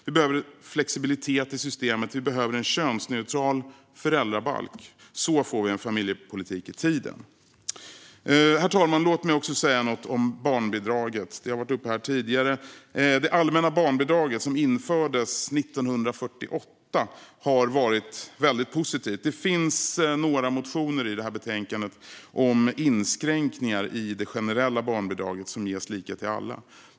Vi behöver flexibilitet i systemet. Vi behöver en könsneutral föräldrabalk. Så får vi en familjepolitik i tiden. Herr talman! Låt mig också säga något om barnbidraget. Det har tagits upp här tidigare. Det allmänna barnbidraget, som infördes 1948, har varit väldigt positivt. Det finns några motioner i betänkandet om inskränkningar i det generella barnbidraget som ges lika till alla.